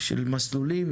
של מסלולים,